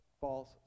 false